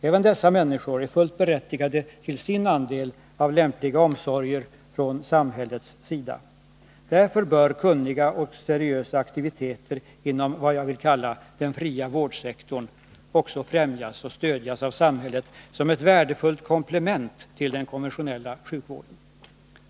Även dessa människor är fullt berättigade till sin andel av lämpliga omsorger från samhällets sida. Därför bör kunniga och seriösa aktiviteter inom vad jag vill kalla den fria vårdsektorn också främjas och stödjas av samhället som ett värdefullt komplement till den konventionella sjukvården.